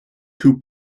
two